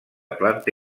planta